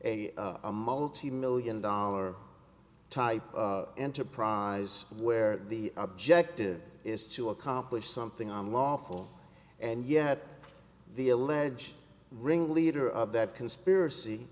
a multi million dollar type enterprise where the objective is to accomplish something on lawful and yet the alleged ringleader of that conspiracy